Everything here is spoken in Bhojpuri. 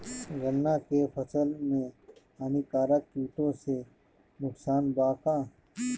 गन्ना के फसल मे हानिकारक किटो से नुकसान बा का?